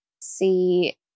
see